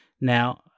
Now